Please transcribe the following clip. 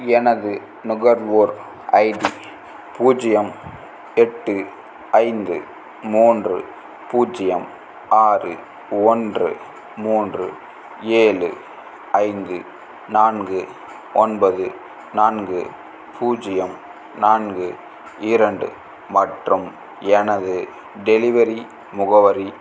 எனது நுகர்வோர் ஐடி பூஜ்ஜியம் எட்டு ஐந்து மூன்று பூஜ்ஜியம் ஆறு ஒன்று மூன்று ஏழு ஐந்து நான்கு ஒன்பது நான்கு பூஜ்ஜியம் நான்கு இரண்டு மற்றும் எனது டெலிவரி முகவரி